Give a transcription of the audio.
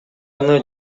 аны